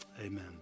Amen